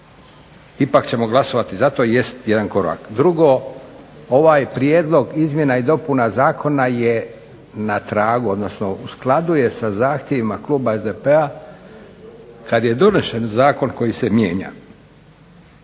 Ipak ćemo glasovati za to, jest jedan korak. Drugo, ovaj prijedlog izmjena i dopuna zakona je na tragu odnosno u skladu je sa zahtjevima kluba SDP-a. Kad je donesen zakon koji se mijenja